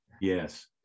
yes